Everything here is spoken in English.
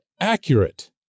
accurate